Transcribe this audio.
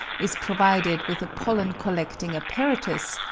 is provided with a pollen-collecting apparatus,